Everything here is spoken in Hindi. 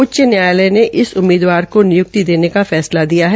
उच्च न्यायालय ने इस उम्मीदवार को नियुक्ति देने का फैसला दिया है